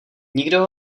nikdo